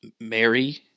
Mary